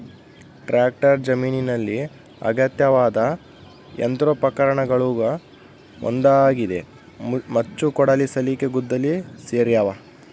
tractor ಜಮೀನಿನಲ್ಲಿ ಅಗತ್ಯವಾದ ಯಂತ್ರೋಪಕರಣಗುಳಗ ಒಂದಾಗಿದೆ ಮಚ್ಚು ಕೊಡಲಿ ಸಲಿಕೆ ಗುದ್ದಲಿ ಸೇರ್ಯಾವ